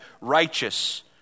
righteous